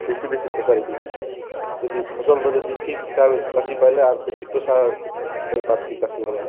ବେଶୀ ବେଶୀ ପଏସାରେ ବିକୁଛନ୍ ଯଦି ଫସଲର ଯଦି ଠିକ୍ ହିସାବେ ଚାଷୀ ପାଏଲେ ଆର୍ ବେଶୀ ପଏସା ପାଇପାର୍ତେ ଚାଷୀମାନେ